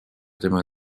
tema